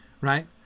right